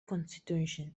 constituencies